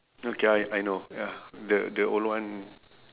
okay I I know ya the the old one